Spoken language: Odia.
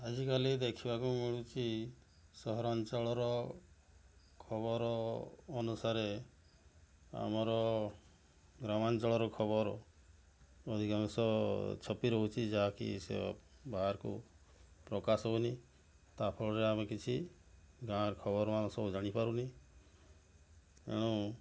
ଆଜିକାଲି ଦେଖିବାକୁ ମିଳୁଛି ସହରାଞ୍ଚଳର ଖବର ଅନୁସାରେ ଆମର ଗ୍ରାମାଞ୍ଚଳର ଖବର ଅଧିକାଂଶ ଛପି ରହୁଛି ଯାହାକି ବାହାରୁ ପ୍ରକାଶ ହେଉନି ତା'ଫଳରେ ଆମେ କିଛି ଗାଁର ଖବରମାନ ସବୁ ଜାଣିପାରୁନେ ତେଣୁ